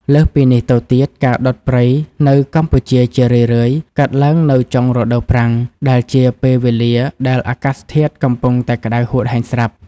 លើសពីនេះទៅទៀត ការដុតព្រៃនៅកម្ពុជាជារឿយៗកើតឡើងនៅចុងរដូវប្រាំង ដែលជាពេលវេលាដែលអាកាសធាតុកំពុងតែក្ដៅហួតហែងស្រាប់។